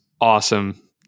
Awesome